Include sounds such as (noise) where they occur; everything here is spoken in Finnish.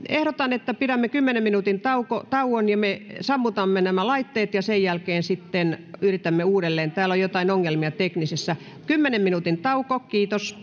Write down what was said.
(unintelligible) ehdotan että pidämme kymmenen minuutin tauon ja me sammutamme nämä laitteet ja sen jälkeen sitten yritämme uudelleen täällä on jotain ongelmia tekniikassa kymmenen minuutin tauko kiitos (unintelligible)